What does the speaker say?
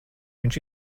viņš